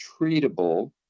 treatable